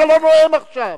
אתה לא נואם עכשיו.